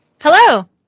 Hello